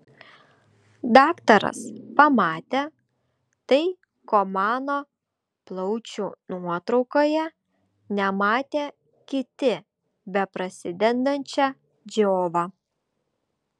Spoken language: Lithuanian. daktaras pamatė tai ko mano plaučių nuotraukoje nematė kiti beprasidedančią džiovą